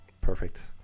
Perfect